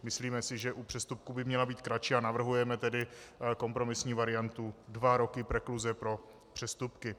Myslíme si, že u přestupků by měla být kratší, a navrhujeme tedy kompromisní variantu dva roky prekluze pro přestupky.